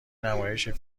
نمایش، یه